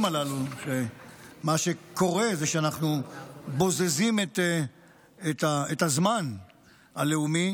הללו שמה שקורה זה שאנחנו בוזזים את הזמן הלאומי